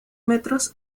metros